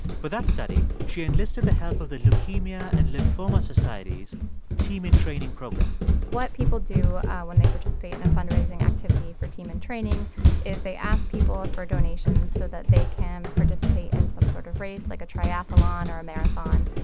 for that study, she enlisted the help of the leukemia and lymphoma society's team in training program what people do when they participate in a fundraising activity for team in training is they ask people ah for donations so that they can participate in some sort of race, like a triathlon or a marathon.